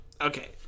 Okay